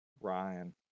Ryan